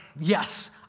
yes